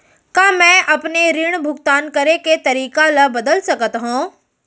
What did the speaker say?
का मैं अपने ऋण भुगतान करे के तारीक ल बदल सकत हो?